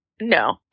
No